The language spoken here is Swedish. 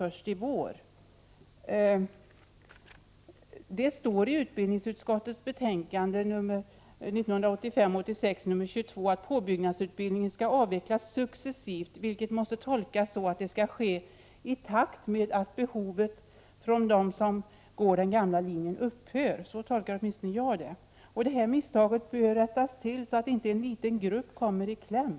Det står i utbildningsutskottets betänkande 1985 89:36 tolkar åtminstone jag detta. 1 december 1988 Det här misstaget bör rättas till så att inte en liten grupp kommer i kläm.